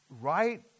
right